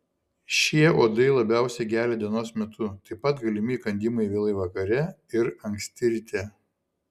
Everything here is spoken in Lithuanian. šie uodai labiausiai gelia dienos metu taip pat galimi įkandimai vėlai vakare ir anksti ryte